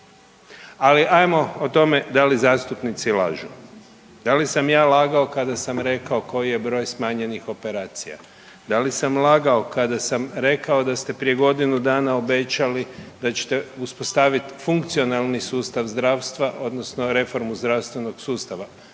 Ali, ajmo o tome da li zastupnici lažu. Da li sam ja lagao kada sam rekao koji je broj smanjenih operacija? Da li sam lagao kada sam rekao da ste prije godinu dana obećali da ćete uspostaviti funkcionalni sustav zdravstva odnosno reformu zdravstvenog sustava